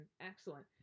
excellent